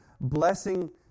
blessing